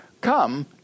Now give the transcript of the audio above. come